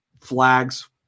flags